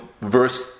verse